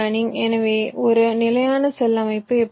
எனவே ஒரு நிலையான செல் அமைப்பு இவ்வாறு இருக்கும்